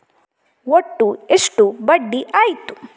ಒಟ್ಟು ಎಷ್ಟು ಬಡ್ಡಿ ಆಯಿತು?